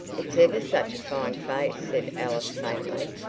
it's ever such a fine face, said alice faintly.